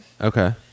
Okay